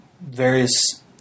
various